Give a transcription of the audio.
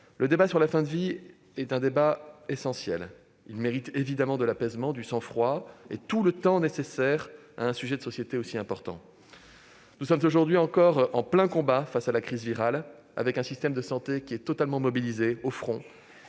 le débat sur la fin de vie est un débat essentiel. Il mérite évidemment de l'apaisement, du sang-froid et tout le temps nécessaire à un sujet de société aussi important. Nous sommes aujourd'hui encore en plein combat contre la crise virale, avec un système de santé totalement mobilisé, au front,